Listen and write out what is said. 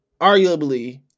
arguably